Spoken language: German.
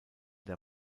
der